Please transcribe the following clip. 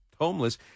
homeless